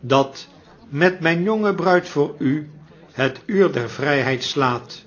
wmm hhi een huis te htjue dat met mgn jonge bruid voor u het uur der vrgheid slaat